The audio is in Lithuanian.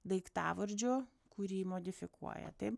daiktavardžio kurį modifikuoja taip